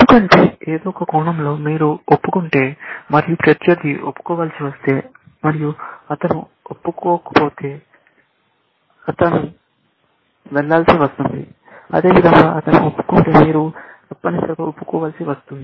ఎందుకంటే ఏదో ఒక కోణంలో మీరు ఒప్పుకుంటే మరియు ప్రత్యర్థి ఒప్పుకోవలసి వస్తే మరియు అతను ఒప్పుకోకపోతే అతను వెళ్లాల్సి వస్తుంది అదేవిధంగా అతను ఒప్పుకుంటే మీరు తప్పనిసరిగా ఒప్పుకోవలసి వస్తుంది